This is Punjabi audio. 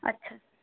ਅੱਛਾ